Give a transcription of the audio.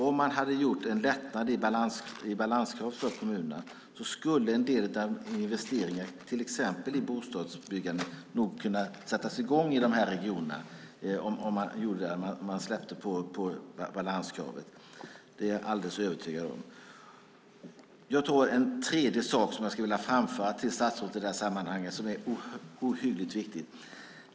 Om man hade gjort en lättnad och släppt på balanskravet för kommunerna skulle en del av investeringarna, till exempel i bostadsbyggandet, kunna sättas i gång i dessa regioner. Det är jag alldeles övertygad om. Jag skulle vilja framföra en tredje sak till statsrådet som är ohyggligt viktig i detta sammanhang.